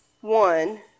one